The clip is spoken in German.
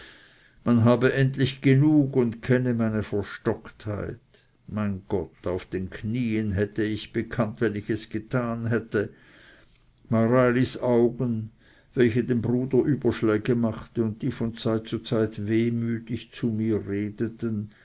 man habe endlich genug und kenne meine verstocktheit mein gott auf den knien hätte ich bekannt wenn ich es getan hätte mareilis augen welche dem bruder überschläge machte und die von zeit zu zeit wehmütig zu mir redeten